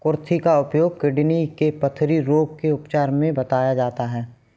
कुर्थी का उपयोग किडनी के पथरी रोग के उपचार में भी बताया जाता है